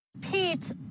Pete